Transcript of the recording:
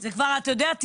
אתה יודע,